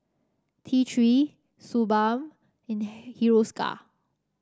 T Three Suu Balm and Hiruscar